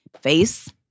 Face